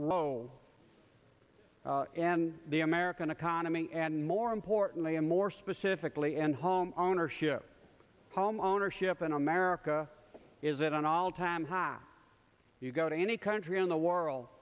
role and the american economy and more importantly and more specifically and home ownership home ownership in america is at an all time high you go to any country in the world